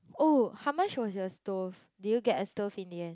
oh how much was your stove did you get a stove in the end